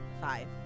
five